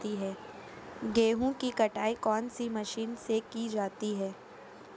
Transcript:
गेहूँ की कटाई कौनसी मशीन से की जाती है?